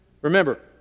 Remember